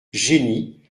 jenny